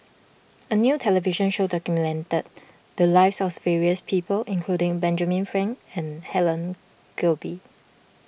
a new television show documented the lives of various people including Benjamin Frank and Helen Gilbey